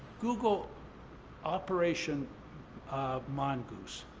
google operation mongoose.